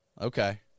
Okay